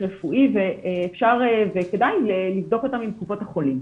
רפואי וכדאי לבדוק אותם עם קופות החולים.